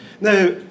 Now